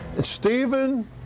Stephen